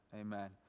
amen